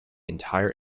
entire